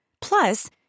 Plus